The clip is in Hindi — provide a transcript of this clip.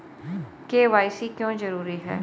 के.वाई.सी क्यों जरूरी है?